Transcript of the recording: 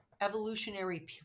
evolutionary